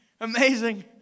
Amazing